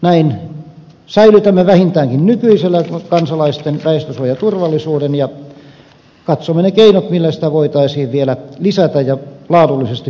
näin säilytämme vähintäänkin nykyisellään kansalaisten väestönsuojaturvallisuuden ja katsomme ne keinot millä sitä voitaisiin vielä lisätä ja laadullisesti parantaa